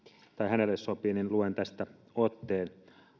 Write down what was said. hänelle sopii niin luen tästä otteen